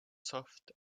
soft